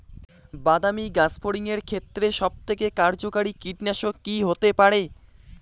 বাদামী গাছফড়িঙের ক্ষেত্রে সবথেকে কার্যকরী কীটনাশক কি হতে পারে?